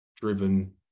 driven